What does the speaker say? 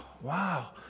wow